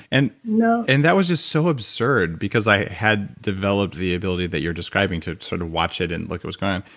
and and that was just so absurd because i had developed the ability that you're describing to sort of watch it and like it was kind